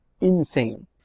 insane